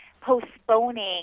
postponing